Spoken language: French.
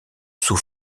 sous